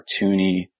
cartoony